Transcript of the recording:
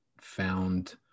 found